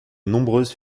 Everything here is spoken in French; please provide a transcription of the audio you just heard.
nombreuses